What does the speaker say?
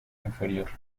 inferior